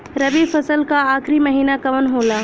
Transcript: रवि फसल क आखरी महीना कवन होला?